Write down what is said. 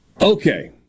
Okay